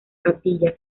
capilla